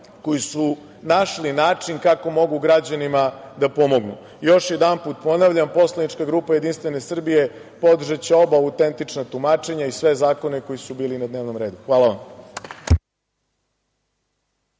koji su našli način kako mogu građanima da pomognu. Još jednom ponavljam poslanička grupa JS podržaće oba autentična tumačenja i sve zakone koji su bili na dnevnom redu. Hvala.